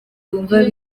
bumva